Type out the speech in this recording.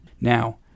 Now